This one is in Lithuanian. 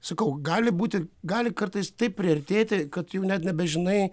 sakau gali būti gali kartais taip priartėti kad jau net nebežinai